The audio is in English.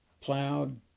Plowed